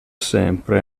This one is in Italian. sempre